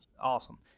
Awesome